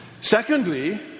Secondly